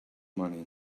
money